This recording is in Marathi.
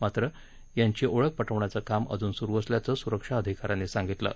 मात्र यांची ओळख पटवण्याचं काम अजून सुरु असल्याचं सुरक्षा अधिका यांनी सांगितलं आहे